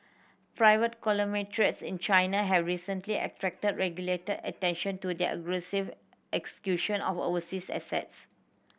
private conglomerates in China have recently attracted regulatory attention to their aggressive execution of overseas assets